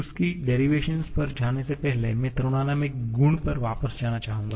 उस की डेरिवेशन पर जाने से पहले मैं थर्मोडायनामिक गुण पर वापस जाना चाहूंगा